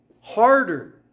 harder